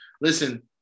Listen